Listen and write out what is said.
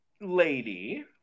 lady